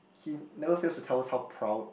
he never fails to tell us how proud